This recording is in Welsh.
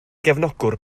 gefnogwr